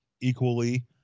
equally